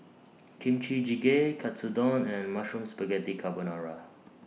Kimchi Jjigae Katsudon and Mushroom Spaghetti Carbonara